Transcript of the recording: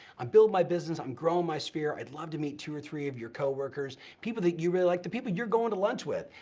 i'm buildin' my business, i'm growin' my sphere, i'd love to meet two or three of your coworkers, people that you really like, the people you're goin' to lunch with,